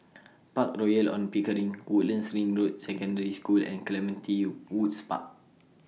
Park Royal on Pickering Woodlands Ring Road Secondary School and Clementi Woods Park